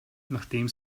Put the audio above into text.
nachdem